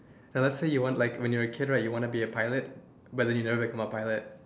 and let's say you want like when you're a kid right you said you want to be a pilot but you never become a pilot